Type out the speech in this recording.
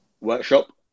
workshop